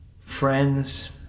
friends